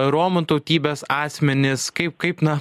romų tautybės asmenis kaip kaip na